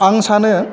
आं सानो